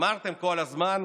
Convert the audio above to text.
אמרתם כל הזמן: